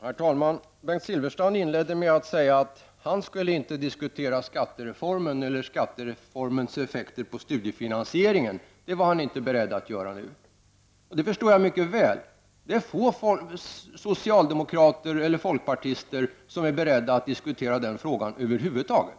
Herr talman! Bengt Silfverstrand inledde med att säga att han inte var beredd att nu diskutera skattereformen eller dess effekter på studiefinansieringen. Det förstår jag mycket väl. Det är få socialdemokrater och folkpartister som är beredda att diskutera den frågan över huvud taget.